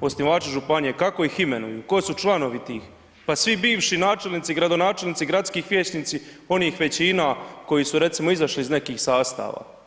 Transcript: osnivači županije, kako ih imenuju, tko su članovi tih, pa svi bivši načelnici, gradonačelnici, gradski vijećnici onih većina koji su recimo izašli iz nekih sastava.